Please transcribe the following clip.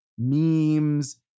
memes